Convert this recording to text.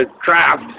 craft